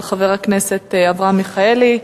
של חבר הכנסת אברהם מיכאלי,